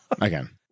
Again